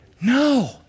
No